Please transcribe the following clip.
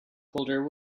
holder